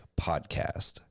podcast